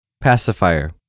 Pacifier